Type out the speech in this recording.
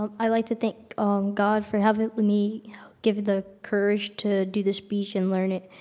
um i like to thank god for having me give the courage to do the speech and learn it.